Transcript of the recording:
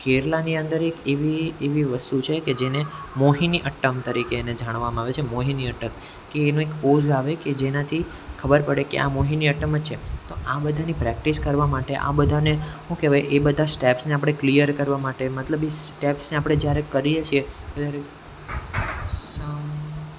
કેરલાની અંદર એક એવી એવી વસ્તુ છે કે જેને મોહિની અટ્ટમ તરીકે એને જાણવામાં આવે છે મોહિની અટત કે એનો એક પોઝ આવે કે જેનાથી ખબર પડે કે આ મોહિની અટ્ટમ જ છે તો આ બધાની પ્રેક્ટિસ કરવા માટે આ બધાને શું કહેવાય એ બધા સ્ટેપ્સને આપણે ક્લિયર કરવા માટે મતલબ એ સ્ટેપ્સને આપણે જ્યારે કરીએ છીએ ત્યારે સમ